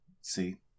see